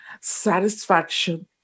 satisfaction